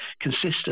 consistent